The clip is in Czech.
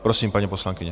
Prosím, paní poslankyně.